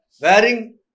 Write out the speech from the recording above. wearing